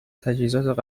تجهیزات